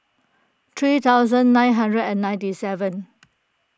three thousand nine hundred and ninety seven